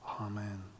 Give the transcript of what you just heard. Amen